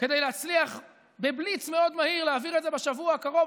כדי להצליח בבליץ מאוד מהיר להעביר את זה בשבוע הקרוב,